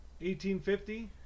1850